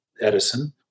Edison